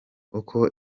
uko